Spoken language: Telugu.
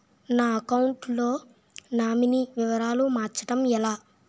నా అకౌంట్ లో నామినీ వివరాలు మార్చటం ఎలా?